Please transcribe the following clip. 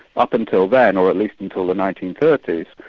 up until then, or at least until the nineteen thirty s,